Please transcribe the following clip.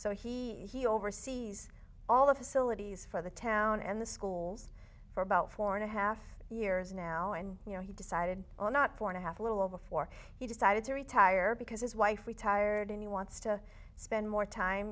so he he oversees all the facilities for the town and the schools for about four and a half years now and you know he decided on not four and a half a little before he decided to retire because his wife retired and he wants to spend more time